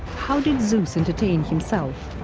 how did zeus entertain himself?